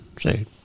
Say